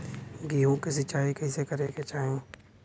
गेहूँ के सिंचाई कइसे करे के चाही?